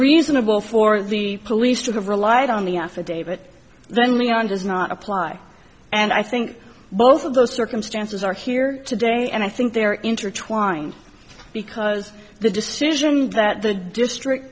reasonable for the police to have relied on the affidavit then leon does not apply and i think both of those circumstances are here today and i think they are intertwined because the decision that the district